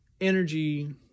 energy